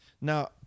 Now